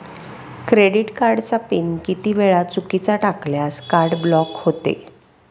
Credit कार्डचा pin किती वेळा चुकीचा टाकल्यास कार्ड ब्लॉक होते?